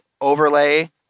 overlay